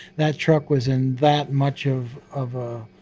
that truck was in that much of of a